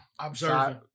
Observing